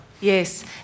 Yes